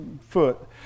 foot